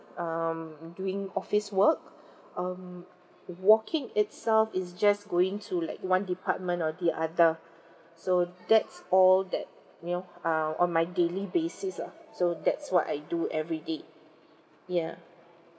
um doing office work um walking itself is just going to like one department or the other so that's all that you know um on my daily basis lah so that's what I do everyday ya